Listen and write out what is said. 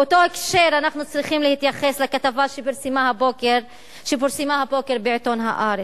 באותו הקשר אנחנו צריכים להתייחס לכתבה שפורסמה הבוקר בעיתון "הארץ",